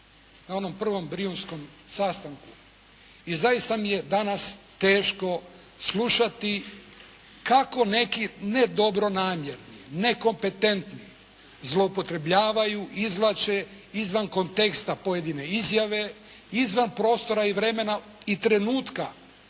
na onom prvom Brijunskom sastanku i zaista mi je danas teško slušati kako neki nedobronamjerni, nekompetentni zloupotrebljavaju, izvlače izvan konteksta pojedine izjave, izvan prostora i vremena i trenutka